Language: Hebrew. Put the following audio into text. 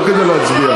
לא כדי להצביע.